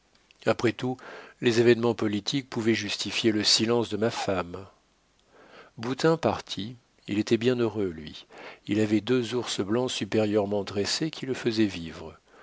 après tout les événements politiques pouvaient justifier le silence de ma femme boutin partit il était bien heureux lui il avait deux ours blancs supérieurement dressés qui le faisaient vivre